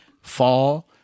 fall